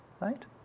Right